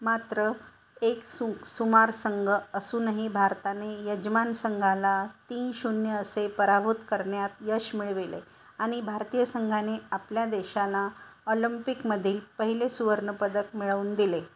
मात्र एक सु सुमार संघ असूनही भारताने यजमान संघाला तीन शून्य असे पराभूत करण्यात यश मिळविले आणि भारतीय संघाने आपल्या देशाला ऑलंम्पिकमधील पहिले सुवर्णपदक मिळवून दिले